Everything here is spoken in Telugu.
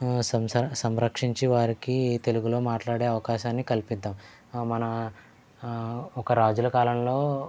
సం సంరక్షించి వారికి తెలుగులో మాట్లాడే అవకాశాన్ని కల్పిద్దాం మనం ఒక రాజుల కాలంలో